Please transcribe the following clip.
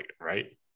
right